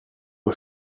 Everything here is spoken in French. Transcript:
aux